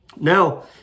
Now